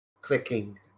clicking